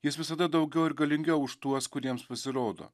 jis visada daugiau ir galingiau už tuos kuriems pasirodo